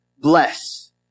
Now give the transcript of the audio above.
Bless